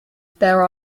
there